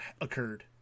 occurred